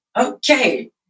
Okay